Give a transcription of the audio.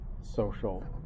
social